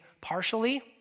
partially